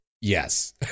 Yes